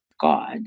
God